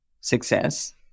success